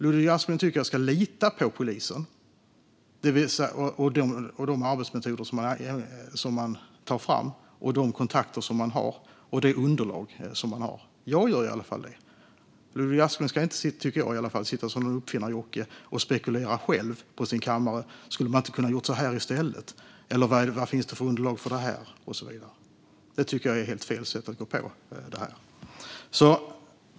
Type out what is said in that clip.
Ludvig Aspling tycker att jag ska lita på polisen, de arbetsmetoder som man tar fram, de kontakter som man har och det underlag som man har. Jag gör det. Jag tycker inte att Ludvig Aspling ska sitta som någon uppfinnarjocke och spekulera själv på sin kammare: Skulle man inte ha kunnat göra så här i stället? Vad finns det för underlag för det här? Det tycker jag är helt fel sätt att gå på det här.